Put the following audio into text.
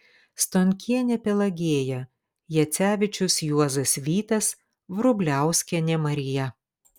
stonkienė pelagėja jacevičius juozas vytas vrubliauskienė marija